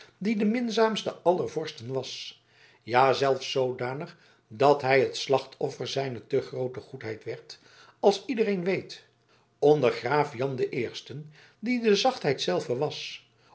die de minzaamste aller vorsten was ja zelfs zoodanig dat hij het slachtoffer zijner te groote goedheid werd als iedereen weet onder graaf jan den eersten die de zachtheid zelve was